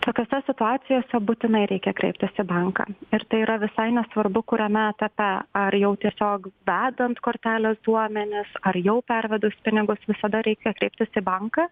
tokiose situacijose būtinai reikia kreiptis į banką ir tai yra visai nesvarbu kuriame etape ar jau tiesiog vedant kortelės duomenis ar jau pervedus pinigus visada reikia kreiptis į banką